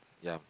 ya